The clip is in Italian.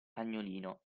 cagnolino